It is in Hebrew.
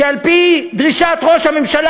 שעל-פי דרישת ראש הממשלה,